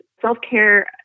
self-care